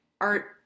art